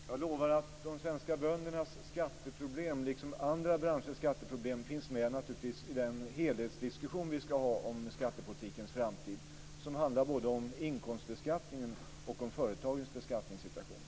Fru talman! Jag lovar att de svenska böndernas skatteproblem, liksom andra branschers skatteproblem finns med i den helhetsdiskussion vi skall ha om skattepolitikens framtid som handlar både om inkomstbeskattningen och om företagens beskattningssituation.